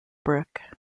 brick